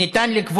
הצעת חוק